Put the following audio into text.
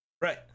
right